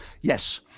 Yes